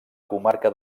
comarca